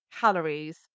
calories